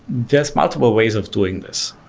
there's multiple ways of doing this.